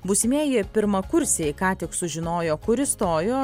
būsimieji pirmakursiai ką tik sužinojo kur įstojo